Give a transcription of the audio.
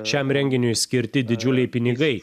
šiam renginiui skirti didžiuliai pinigai